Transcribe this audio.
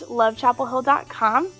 lovechapelhill.com